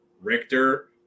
Richter